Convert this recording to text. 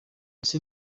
ese